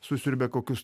susiurbia kokius